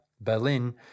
berlin